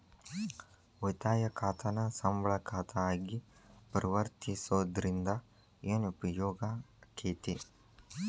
ಉಳಿತಾಯ ಖಾತಾನ ಸಂಬಳ ಖಾತಾ ಆಗಿ ಪರಿವರ್ತಿಸೊದ್ರಿಂದಾ ಏನ ಉಪಯೋಗಾಕ್ಕೇತಿ?